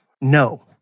No